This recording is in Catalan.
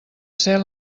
ser